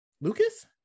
Lucas